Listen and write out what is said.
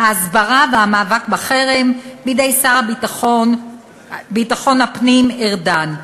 ההסברה והמאבק בחרם בידי השר לביטחון הפנים ארדן,